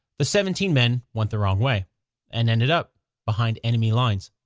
the seventeen men went the wrong way and ended up behind enemy lines.